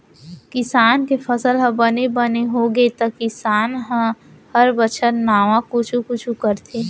किसान के फसल ह बने बने होगे त किसान ह हर बछर नावा कुछ कुछ करथे